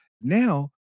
Now